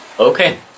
Okay